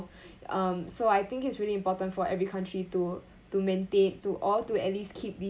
um so I think it's really important for every country to to maintain to or to at least keep